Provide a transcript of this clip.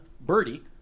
birdie